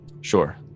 sure